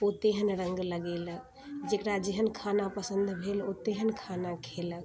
ओ तेहन रङ्ग लगेलक जकरा जेहन खाना पसन्द भेल ओ तेहन खाना खेलक